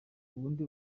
ubundi